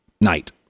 night